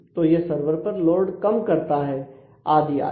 तो यह सर्वर पर लोड कम करता है आदि आदि